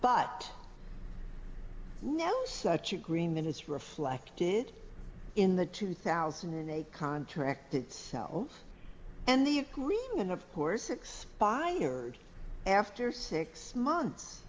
but no such agreement is reflected in the two thousand and eight contract it sells and the agreement of course expires after six months